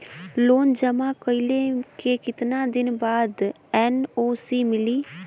Loan जमा कइले के कितना दिन बाद एन.ओ.सी मिली?